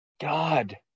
God